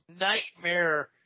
nightmare